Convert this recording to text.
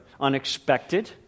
unexpected